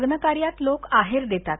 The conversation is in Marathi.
लग्न कार्यात लोक आहेर देतात